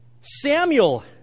Samuel